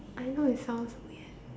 I know it sounds weird